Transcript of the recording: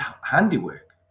handiwork